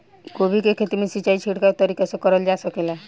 गोभी के खेती में सिचाई छिड़काव तरीका से क़रल जा सकेला?